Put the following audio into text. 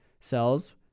cells